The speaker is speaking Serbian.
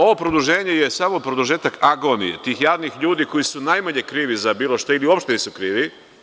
Ovo produženje je samo produžetak agonije tih jadnih ljudi koji su najmanje krivi za bilo šta ili uopšte nisu krivi.